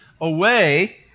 away